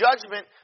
judgment